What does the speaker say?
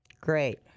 Great